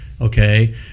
okay